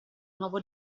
nuovo